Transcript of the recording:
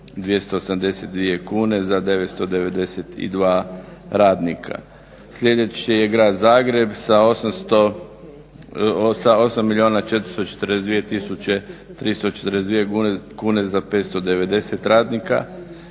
282 kune za 992 radnika. Sljedeći je Grad Zagreb sa 8 milijuna 442 tisuće 342 kune za 590 radnika,